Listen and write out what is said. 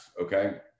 okay